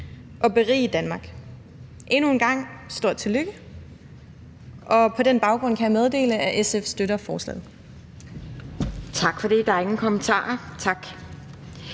og berige Danmark. Endnu en gang: Stort tillykke. På den baggrund kan jeg meddele, at SF støtter forslaget.